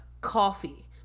coffee